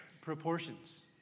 proportions